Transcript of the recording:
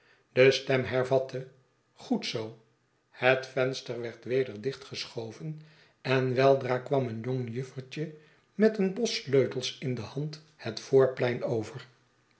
de stem hervatte goed zoo het venster werd weder dichtgeschoven en weldra kwam een jong juffertje met een bos sleutels in de hand het voorplein over